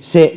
se